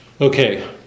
Okay